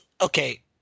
Okay